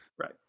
Right